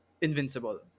Invincible